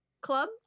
club